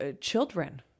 children